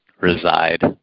reside